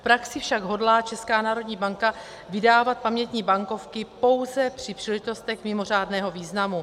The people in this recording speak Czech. V praxi však hodlá Česká národní banka vydávat pamětní bankovky pouze při příležitostech mimořádného významu.